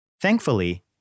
Thankfully